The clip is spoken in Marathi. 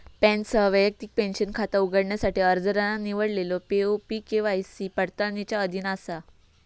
पॅनसह वैयक्तिक पेंशन खाता उघडण्यासाठी अर्जदारान निवडलेलो पी.ओ.पी के.वाय.सी पडताळणीच्या अधीन असा